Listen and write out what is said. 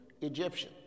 Egyptian